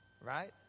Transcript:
right